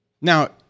Now